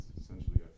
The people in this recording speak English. essentially